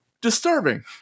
disturbing